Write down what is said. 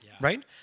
right